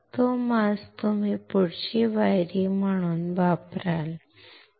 तो मास्क तुम्ही पुढची पायरी म्हणून वापराल ठीक आहे